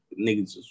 niggas